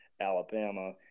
Alabama